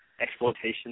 exploitation